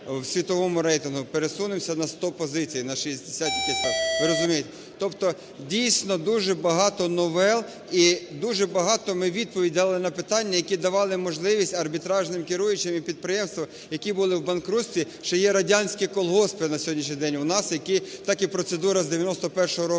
у світовому рейтингу пересунулись на 100 позицій, на 60 якесь… Ви розумієте. Тобто, дійсно, багато новел і дуже багато ми відповідей дали на питання, які давали можливість арбітражним керуючим і підприємствам, які були у банкрутстві… Ще є радянські колгоспи на сьогоднішній день у нас, які… так і процедура з 91-го року